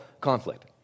conflict